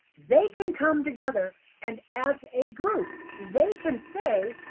they can come together and as a group they can say,